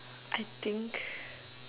I think